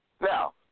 Now